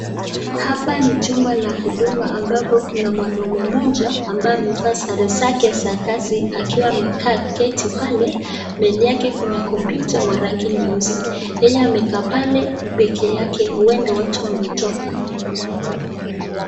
Hapa ni chumba la Huduma ambapo kuna mwanaume mmoja, ambaye amevaa sare zake za kazi, akiwa amekaa keti pale, mbele yake kuna kompyuta, wa rangi nyeusi. Yeye amekaa pale peke yake, huenda watu wametoka.